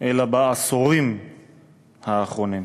אלא בעשורים האחרונים.